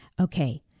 Okay